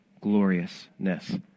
gloriousness